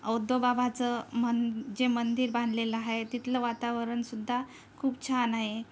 औद्धोबाबाचं मन जे मंदिर बांधलेलं आहे तिथलं वातावरणसुद्धा खूप छान आहे